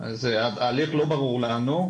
אז ההליך לא ברור לנו,